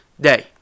day